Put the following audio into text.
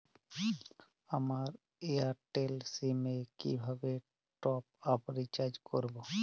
আমার Airtel sim এ কিভাবে টপ আপ রিচার্জ করবো?